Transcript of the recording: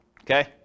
okay